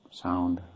sound